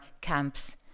camps